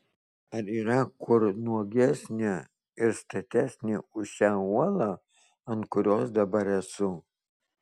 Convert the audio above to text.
ar yra kur nuogesnė ir statesnė už šią uolą ant kurios dabar esu